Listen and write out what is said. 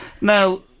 Now